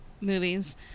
movies